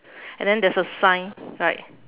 and then there's a sign right